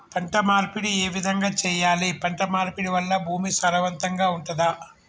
పంట మార్పిడి ఏ విధంగా చెయ్యాలి? పంట మార్పిడి వల్ల భూమి సారవంతంగా ఉంటదా?